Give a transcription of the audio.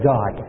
God